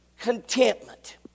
contentment